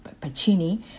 Pacini